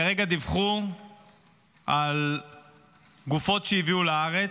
כרגע דיווחו על גופות שהביאו לארץ,